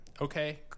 Okay